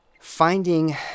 finding